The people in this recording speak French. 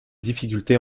difficultés